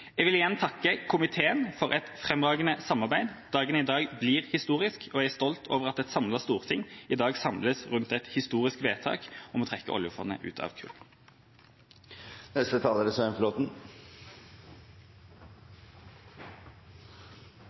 Jeg vil igjen takke komiteen for et fremragende samarbeid. Dagen i dag blir historisk, og jeg er stolt over at et samlet storting i dag samles rundt et historisk vedtak om å trekke oljefondet ut av kull. Statens pensjonsfond utlands historie er